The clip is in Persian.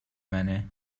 منه